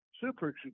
super